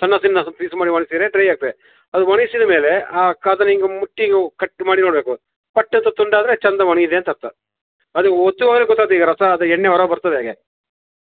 ಸಣ್ಣ ಸಣ್ಣ ಸ ಪೀಸ್ ಮಾಡಿ ಒಣಸಿದ್ರೆ ಡ್ರೈ ಆಗ್ತದೆ ಅದು ಒಣಗಿಸಿದ ಮೇಲೆ ಆ ಕ್ ಅದನ್ನು ಹಿಂಗ್ ಮುಟ್ಟಿ ಓ ಕಟ್ ಮಾಡಿ ನೋಡಬೇಕು ಪಟ್ ಅಂತ ತುಂಡಾದರೆ ಚೆಂದ ಒಣಗಿದೆ ಅಂತ ಅರ್ಥ ಅದು ಒತ್ತುವಾಗ ಗೊತ್ತಾತು ಈಗ ರಸ ಅದು ಎಣ್ಣೆ ಹೊರ ಬರ್ತದೆ ಹಾಗೆ